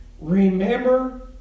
remember